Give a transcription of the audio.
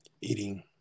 eating